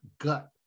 gut